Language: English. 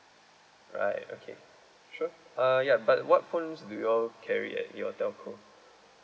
alright okay sure uh ya but what phones do you all carry at your telco